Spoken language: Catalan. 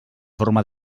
forma